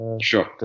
Sure